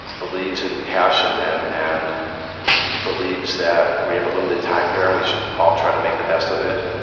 believes in passion, and and believes that we have a limited time here, and we should all try to make the best of it,